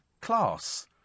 class